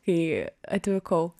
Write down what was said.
kai atvykau